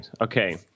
Okay